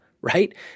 Right